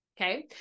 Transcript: okay